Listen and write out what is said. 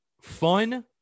fun